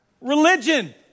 Religion